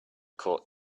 caught